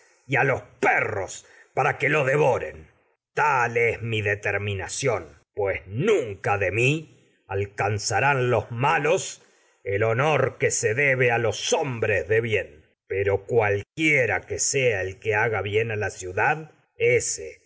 y a los perros lo de voren tal es mi determinación pues nunca de mi alcan zarán los malos el honor que se debe a los hombres dé bieii pero cualquiera que sea el que haga bien a la ciu dad ése